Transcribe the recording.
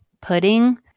pudding